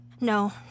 No